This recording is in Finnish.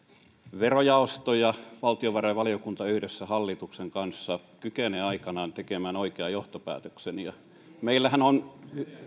verojaosto ja valtiovarainvaliokunta yhdessä hallituksen kanssa kykenee aikanaan tekemään oikean johtopäätöksen meillähän on